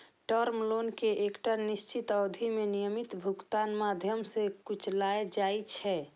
term loan कें एकटा निश्चित अवधि मे नियमित भुगतानक माध्यम सं चुकाएल जाइ छै